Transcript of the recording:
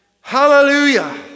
Hallelujah